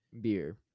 beer